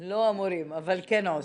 גיל 18. יתכן -- לא אמורים אבל כן עושים.